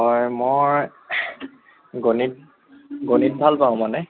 হয় মই গণিত গণিত ভাল পাওঁ মানে